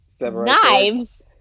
knives